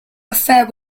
affair